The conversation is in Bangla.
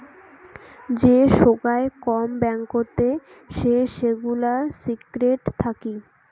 যে সোগায় কম ব্যাঙ্কতে সে সেগুলা সিক্রেট থাকি